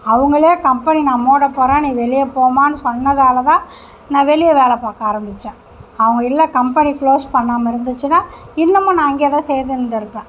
அவங்களே கம்பனி நான் மூட போகிறேன் நீ வெளியே போம்மானு சொன்னதால் தான் நா வெளியே வேலை பார்க்க ஆரம்பித்தேன் அவங்க இல்லை கம்பெனி க்ளோஸ் பண்ணாமல் இருந்துச்சுனா இன்னுமும் நான் அங்கேயே தான் செய்துருந்துருப்பேன்